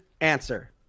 answer